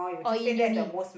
or in uni